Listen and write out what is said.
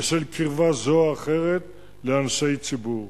בשל קרבה זו או אחרת לאנשי ציבור.